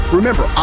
Remember